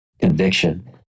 conviction